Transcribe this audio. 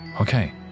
Okay